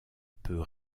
peu